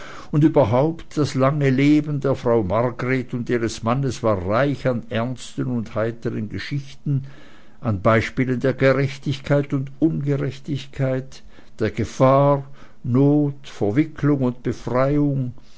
und hauptsächlich das lange leben der frau margret und ihres mannes war reich an ernsten und heitern geschichten an beispielen der gerechtigkeit und ungerechtigkeit der gefahr not verwicklung und befreiung